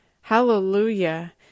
Hallelujah